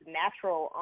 natural